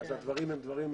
אלה דברים קטלניים.